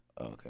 Okay